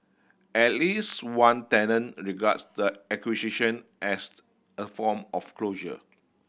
at least one tenant regards the acquisition as the a form of closure